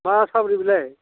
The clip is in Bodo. मा साब्रि बिलाय